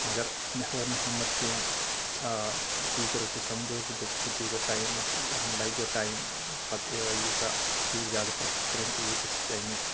مگر مےٚ ہٲر نہٕ ہیٚمت کینٛہہ آ ٹیچرو تہِ سمجووُس بہٕ دوٚپکھ ژٕ دِ گۄڑٕ ٹایم اتھ یَتھ منٛز لگہِ گۄڑٕ ٹایم پتہ یوٗتاہ ژٕ زیادٕ پریکٹس کریکھ تیوٗت گژھی ژےٚ امیِچ